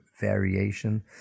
variation